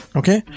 okay